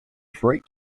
freight